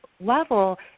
level